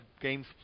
games